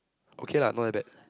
okay lah not that bad